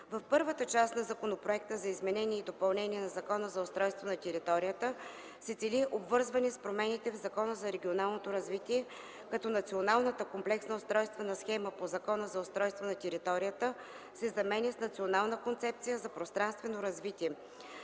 В първата част на Законопроекта за изменение и допълнение на Закона за устройство на територията се цели обвързване с промените в Закона за регионалното развитие – като Националната комплексна устройствена схема по Закона за устройство на територията се заменя с Национална концепция за пространствено развитие,